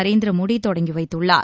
நரேந்திரமோடி தொடங்கி வைத்துள்ளார்